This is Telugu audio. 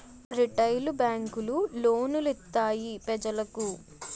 రిటైలు బేంకులు లోను లిత్తాయి పెజలకు